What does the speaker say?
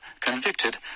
convicted